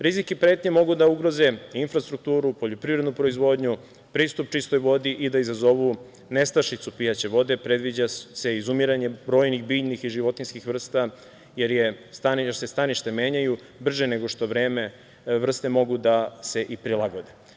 Rizik i pretnje mogu da ugroze infrastrukturu, poljoprivrednu proizvodnju, pristup čistoj vodi i da izazovu nestašicu pijaće vode, predviđa se izumiranje brojnih biljnih i životinjskih vrsta, jer se staništa menjaju brže nego što vrste mogu da se prilagode.